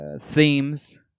themes